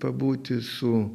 pabūti su